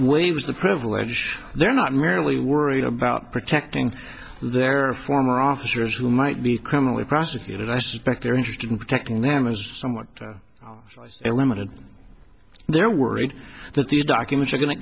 waves the privilege they're not merely worried about protecting their former officers who might be criminally prosecuted i suspect they're interested in protecting them as someone element they're worried that these documents are going to